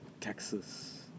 Texas